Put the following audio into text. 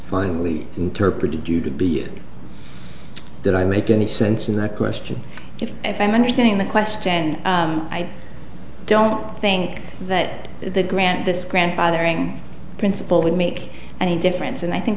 finally interpreted you to be did i make any sense in that question if i'm understanding the question and i don't think that the grant this grandfathering principle would make any difference and i think